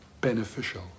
beneficial